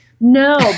No